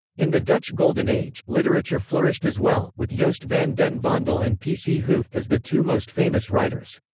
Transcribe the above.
in the dutch golden age, literature flourished as well, with joost van den vondel and p. p. c. hooft as the two most famous writers.